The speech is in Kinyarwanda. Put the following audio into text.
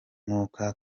mwuka